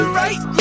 right